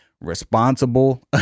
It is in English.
responsible